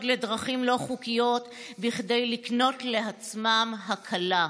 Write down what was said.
לדרכים לא חוקיות כדי לקנות לעצמם הקלה.